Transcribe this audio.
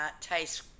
tastes